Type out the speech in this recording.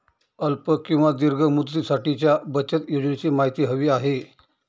अल्प किंवा दीर्घ मुदतीसाठीच्या बचत योजनेची माहिती हवी आहे